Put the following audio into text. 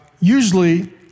Usually